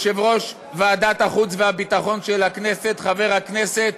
יושב-ראש ועדת החוץ והביטחון של הכנסת חבר הכנסת